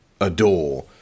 adore